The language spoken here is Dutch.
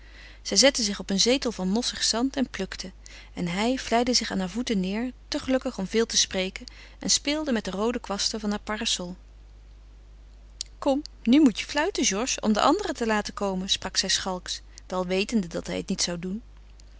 zij zette zich op een zetel van mossig zand en plukte en hij vlijde zich aan haar voeten neêr te gelukkig om veel te spreken en speelde met de roode kwasten van haar parasol kom nu moet je fluiten georges om de anderen te laten komen sprak zij schalks wel wetende dat hij het niet zou doen